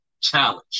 challenge